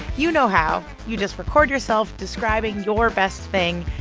you know how. you just record yourself describing your best thing,